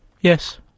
Yes